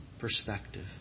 perspective